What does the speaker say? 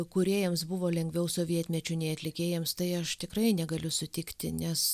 kūrėjams buvo lengviau sovietmečiu nei atlikėjams tai aš tikrai negaliu sutikti nes